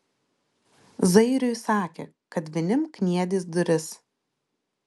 zairiui sakė kad vinim kniedys duris